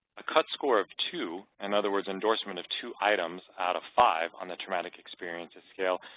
a cut score of two, in other words endorsement of two items out of five on the traumatic experiences scale,